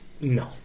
No